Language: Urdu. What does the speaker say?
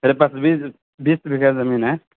میرے پاس بیس بیس بیگھے زمیں ہیں